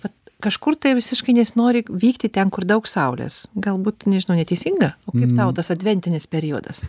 vat kažkur tai visiškai nesinori vykti ten kur daug saulės galbūt nežinau neteisinga o kaip tau tas adventinis periodas